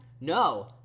no